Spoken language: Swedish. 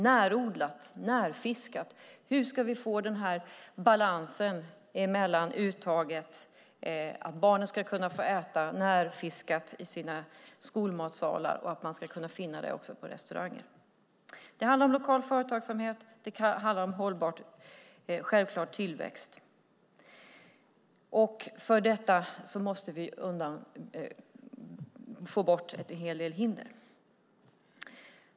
Närodlat och närfiskat - hur ska vi få balans så att barnen ska kunna äta närfiskat i sina skolmatsalar och att vi ska kunna finna det även på restauranger? Det handlar om lokal företagsamhet, och det handlar självklart om tillväxt. För detta måste vi få bort en hel del hinder.